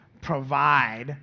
provide